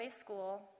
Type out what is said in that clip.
School